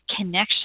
connection